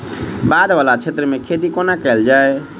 बाढ़ वला क्षेत्र मे खेती कोना कैल जाय?